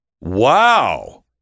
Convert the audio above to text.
wow